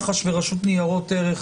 מח"ש והרשות לניירות ערך,